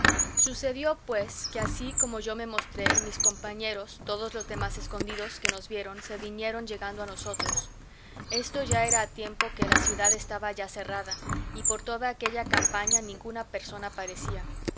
sucedió pues que así como yo me mostré y mis compañeros todos los demás escondidos que nos vieron se vinieron llegando a nosotros esto era ya a tiempo que la ciudad estaba ya cerrada y por toda aquella campaña ninguna persona parecía